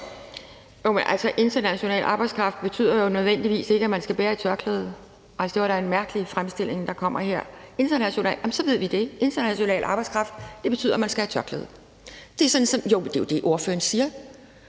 international arbejdskraft betyder jo ikke nødvendigvis, at man skal bære tørklæde. Det var da en mærkelig fremstilling, der kommer her. Så ved vi det: International arbejdskraft betyder, at man skal have tørklæde på. Jo, det er jo det, ordføreren siger.